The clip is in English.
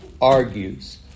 argues